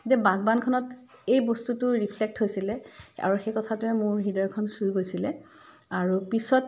যে বাগবানখনত এই বস্তুটো ৰিফ্লেক্ট হৈছিলে আৰু সেই কথাটোৱে মোৰ হৃদয়খন চুই গৈছিলে আৰু পিছত